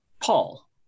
paul